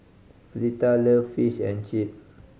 Fleeta love Fish and Chip